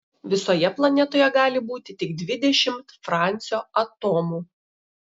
visoje planetoje gali būti tik dvidešimt francio atomų